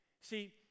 See